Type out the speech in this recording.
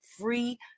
free